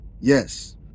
Yes